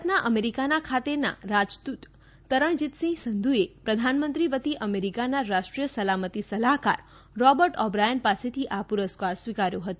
ભારતના અમેરિકાના ખાતેના રાજદુત તરણજીતસિંહ સંધુએ પ્રધાનમંત્રી વતી અમેરિકાના રાષ્ટ્રીય સલામતી સલાહકાર રોબર્ટ ઓબ્રાયન પાસેથી આ પુરસ્કાર સ્વિકાર્યો હતો